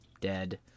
dead